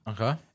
Okay